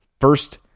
first